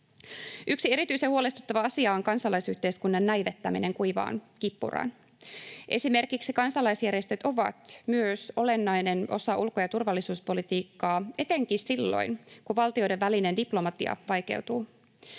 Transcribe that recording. Yksi erityisen huolestuttava asia on kansalaisyhteiskunnan näivettäminen kuivaan kippuraan. Esimerkiksi kansalaisjärjestöt ovat myös olennainen osa ulko- ja turvallisuuspolitiikkaa etenkin silloin, kun valtioiden välinen diplomatia vaikeutuu.